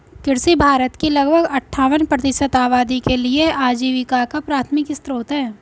कृषि भारत की लगभग अट्ठावन प्रतिशत आबादी के लिए आजीविका का प्राथमिक स्रोत है